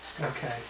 Okay